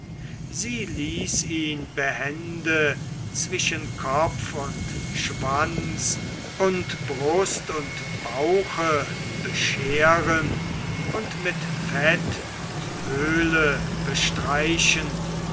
sie ließ ihn behende zwischen kopf und schwanz und brust und bauche bescheren und mit fett und öle bestreichen